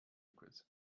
liquids